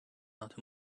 not